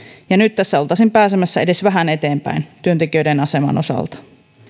ja nyt tässä oltaisiin pääsemässä edes vähän eteenpäin työntekijöiden aseman osalta